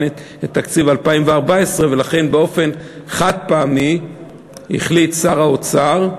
את תקציב 2014. לכן באופן חד-פעמי החליט שר האוצר,